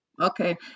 Okay